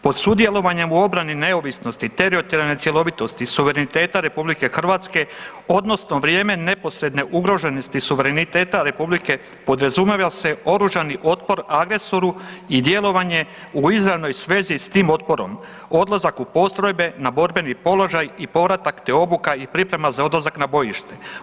Pod sudjelovanjem u obrani neovisnosti, teritorijalne cjelovitosti, suvereniteta RH odnosno vrijeme neposredne ugroženosti suvereniteta republike, podrazumijeva se oružani otpor agresoru i djelovanje u izravnoj svezi s tim otporom, odlazak u postrojbe, na borbeni položaj i povratak te obuka i priprema za odlazak na bojište.